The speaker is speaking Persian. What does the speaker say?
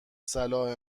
صلاح